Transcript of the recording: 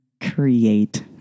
create